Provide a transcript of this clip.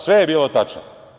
Sve je bilo tačno.